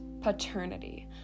paternity